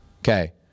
Okay